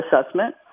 assessment